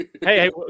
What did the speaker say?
hey